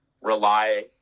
rely